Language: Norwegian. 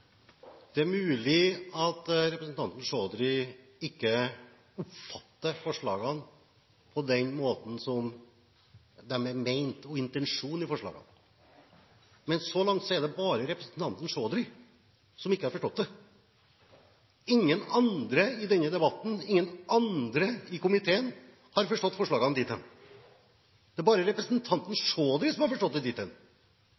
Det er mulig at representanten Chaudhry ikke oppfatter forslagene på den måten som de er ment – intensjonen i forslagene – men så langt er det bare representanten Chaudhry som ikke har forstått det. Ingen andre i denne debatten, ingen andre i komiteen har forstått forslaget dit hen. Det er bare